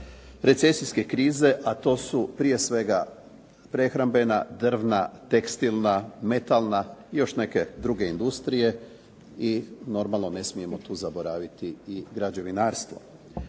recesijske krize a to su prije svega prehrambena, drvna, tekstilna, metalna i još neke druge industrije i normalno ne smijemo tu zaboraviti i građevinarstvo.